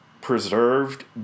preserved